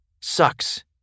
sucks